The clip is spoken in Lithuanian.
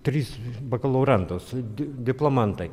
tris bakalaurantus di diplomantai